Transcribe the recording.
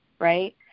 right